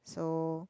so